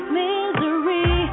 misery